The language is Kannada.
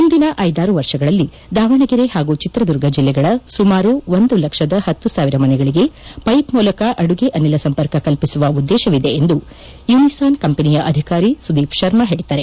ಮುಂದಿನ ಐದಾರು ವರ್ಷಗಳಲ್ಲಿ ದಾವಣಗೆರೆ ಹಾಗೂ ಚಿತ್ರದುರ್ಗ ಜಿಲ್ಲೆಗಳ ಸುಮಾರು ಒಂದು ಲಕ್ಷದ ಹತ್ತು ಸಾವಿರ ಮನೆಗಳಿಗೆ ಪೈಪ್ ಮೂಲಕ ಅಡುಗೆ ಅನಿಲ ಸಂಪರ್ಕ ಕಲ್ಪಿಸುವ ಉದ್ದೇಶವಿದೆ ಎಂದು ಯೂನಿಸಾನ್ ಕಂಪೆನಿಯ ಅಧಿಕಾರಿ ಸುದೀಪ್ ಶರ್ಮಾ ಹೇಳಿದ್ದಾರೆ